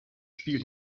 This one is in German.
spiel